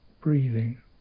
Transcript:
breathing